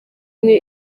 imwe